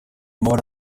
amabara